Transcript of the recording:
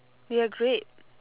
you are great